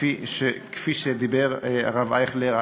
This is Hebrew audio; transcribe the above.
כפי שדיבר הרב אייכלר,